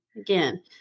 Again